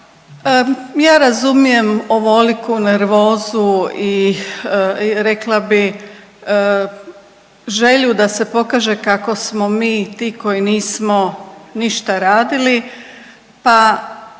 Ja razumijem ovoliku nervozu i rekla bi želju da se pokaže kako smo mi ti koji nismo ništa radili pa